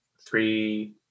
three